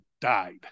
died